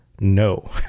no